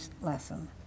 lesson